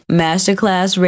masterclass